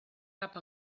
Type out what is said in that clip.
cap